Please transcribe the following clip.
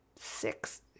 six